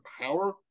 power